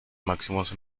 máximos